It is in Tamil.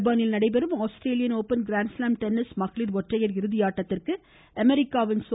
மெல்பெர்னில் நடைபெறும் ஆஸ்திரேலியன் ஓபன் கிராண்ட்ஸ்லாம் டென்னிஸ் கெனிறும் மகளிர் ஒற்றையர் இறுதி ஆட்டத்திற்கு அமெரிக்காவின் சோ